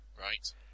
Right